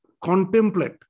contemplate